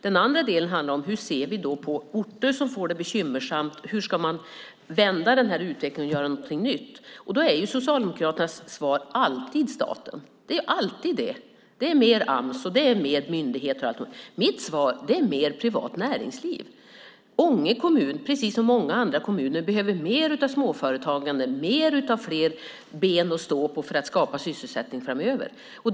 Den andra delen handlar om hur vi ser på orter som får det bekymmersamt. Hur ska man vända den här utvecklingen och göra någonting nytt? Socialdemokraternas svar är alltid staten. Det är alltid det. Det är mer Ams och det är mer myndigheter och allt. Mitt svar är i stället mer privat näringsliv. Ånge kommun, precis som många andra kommuner behöver mer småföretagande och fler ben att stå på för att skapa sysselsättning framöver.